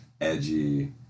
edgy